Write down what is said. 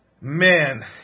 man